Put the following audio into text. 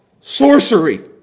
Sorcery